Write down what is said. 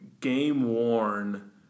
game-worn